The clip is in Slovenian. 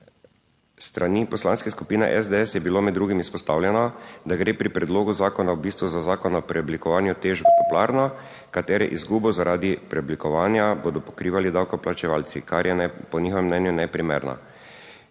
S strani Poslanske skupine SDS je bilo med drugim izpostavljeno, da gre pri predlogu zakona v bistvu za Zakon o preoblikovanju TEŠ v toplarno, katere izgubo zaradi preoblikovanja bodo pokrivali davkoplačevalci, kar je po njihovem mnenju neprimerna.